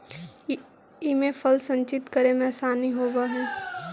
इमे फल संचित करे में आसानी होवऽ हई